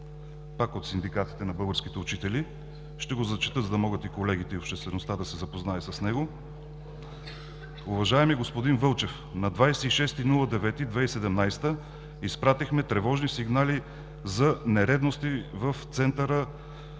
пак от синдикатите на българските учители. Ще го зачета, за да могат колегите и обществеността да се запознаят с него“ „Уважаеми господин Вълчев, на 26 септември 2017 г. изпратихме тревожни сигнали за нередности в Центъра